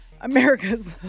America's